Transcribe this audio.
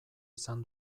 izan